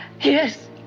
Yes